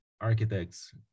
architects